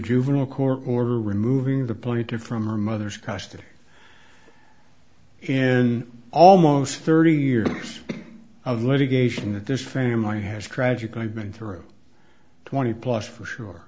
juvenile court order removing the pointer from her mother's custody in almost thirty years of litigation that this family has tragically been through twenty plus for sure